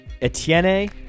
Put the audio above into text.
Etienne